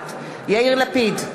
נוכחת יאיר לפיד,